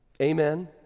Amen